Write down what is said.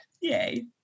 Yay